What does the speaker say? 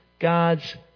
God's